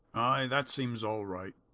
that seems all right,